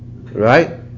Right